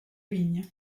vigne